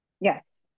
Yes